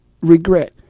regret